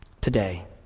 Today